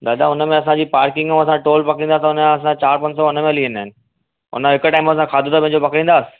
दादा हुन में असांजी पार्किंग ऐं असां टोल पकिड़ींदा त हुनजा असां चारि पंज सौ हुन में हली वेंदा आहिनि हुन हिकु टाइम असां खाधो त पंहिंजो पकिड़ींदा